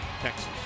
Texas